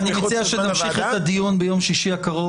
אני מציע שנמשיך את הדיון ביום שישי הקרוב